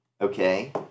Okay